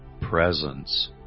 presence